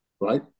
right